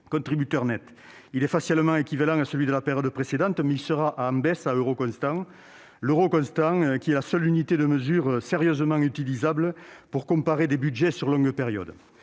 contributeurs nets. Il est facialement équivalent à celui de la période précédente, mais il sera en baisse en euros constants, seule unité de mesure sérieusement utilisable pour comparer des budgets sur longue période.